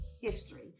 history